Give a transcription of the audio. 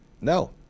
no